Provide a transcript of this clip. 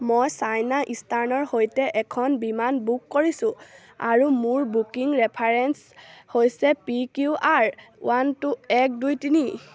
মই চাইনা ইষ্টাৰ্ণৰ সৈতে এখন বিমান বুক কৰিছোঁঁ আৰু মোৰ বুকিং ৰেফাৰেন্স হৈছে P Q R one two এক দুই তিনি